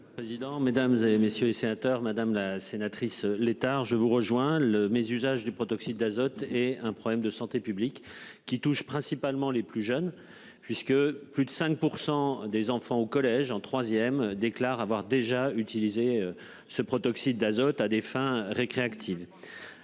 Président, mesdames, et messieurs les sénateurs, madame la sénatrice les tard je vous rejoins le mésusage du protoxyde d'azote est un problème de santé publique qui touche principalement les plus jeunes, puisque plus de 5 pour des enfants au collège en troisième déclare avoir déjà utilisé ce protoxyde d'azote à des fins récréatives.